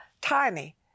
tiny